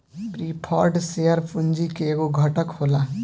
preferred share पूंजी के एगो घटक होला